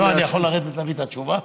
אני יכול לרדת להביא את התשובה?